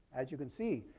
as you can see,